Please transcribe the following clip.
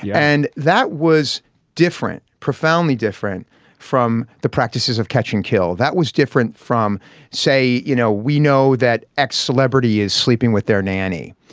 yeah and that was different profoundly different from the practices of catch and kill. that was different from say you know we know that x celebrity is sleeping with their nanny.